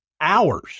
hours